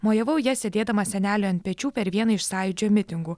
mojavau ja sėdėdamas seneliui ant pečių per vieną iš sąjūdžio mitingų